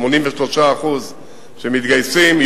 83% שמתגייסים,